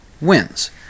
wins